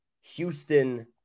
Houston